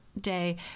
day